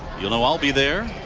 you know i'll be there.